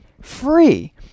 Free